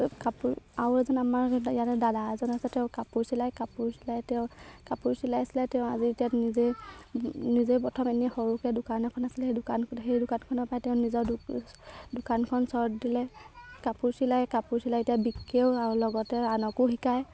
কাপোৰ আৰু এজন আমাৰ ইয়াতে দাদা এজন আছে তেওঁ কাপোৰ চিলাই কাপোৰ চিলাই তেওঁ কাপোৰ চিলাই চিলাই তেওঁ আজি এতিয়া নিজেই নিজেই প্ৰথম এনেই সৰুকৈ দোকান এখন আছিলে সেই দোকানখন সেই দোকানখনৰ পৰা তেওঁ নিজৰ দোকানখন চৰ্ট দিলে কাপোৰ চিলাই কাপোৰ চিলাই এতিয়া বিকেও আৰু লগতে আনকো শিকায়